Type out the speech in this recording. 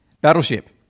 Battleship